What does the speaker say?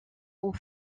ont